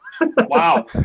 Wow